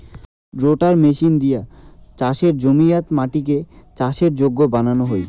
রোটাটার machine দিয়া চাসের জমিয়াত মাটিকে চাষের যোগ্য বানানো হই